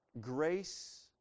grace